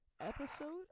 episode